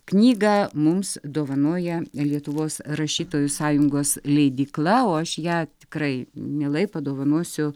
knygą mums dovanoja lietuvos rašytojų sąjungos leidykla o aš ją tikrai mielai padovanosiu